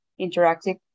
interactive